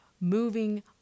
moving